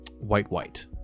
white-white